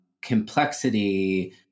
complexity